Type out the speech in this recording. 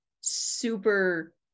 super